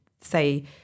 say